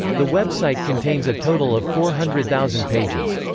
the website contains a total of four hundred thousand pages.